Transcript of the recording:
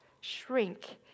shrink